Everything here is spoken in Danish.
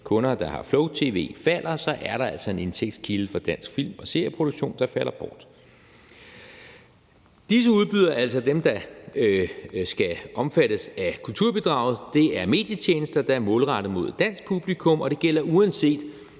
kunder, der har flow-tv, falder, er der altså en indtægtskilde for dansk film- og serieproduktion, der falder bort. Disse udbydere, altså dem, der skal omfattes af kulturbidraget, er medietjenester, der er målrettet mod et dansk publikum, og det gælder, uanset